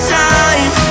time